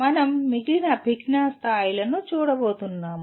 మనం మిగిలిన అభిజ్ఞా స్థాయిలను చూడబోతున్నాము